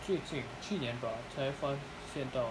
最近去年吧才发现到